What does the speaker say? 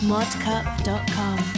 Modcup.com